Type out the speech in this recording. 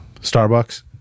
starbucks